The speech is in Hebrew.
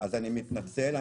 אני מתנצל.